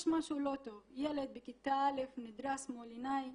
משהו לא טוב ילד בכיתה א' נדרס מול עיניי